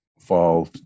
fall